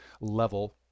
level